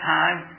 time